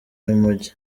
y’umujyi